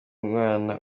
umwana